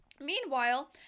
Meanwhile